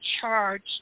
charged